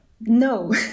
No